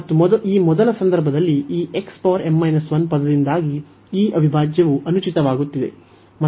ಮತ್ತು ಈ ಮೊದಲ ಸಂದರ್ಭದಲ್ಲಿ ಈ ಪದದಿಂದಾಗಿ ಈ ಅವಿಭಾಜ್ಯವು ಅನುಚಿತವಾಗುತ್ತಿದೆ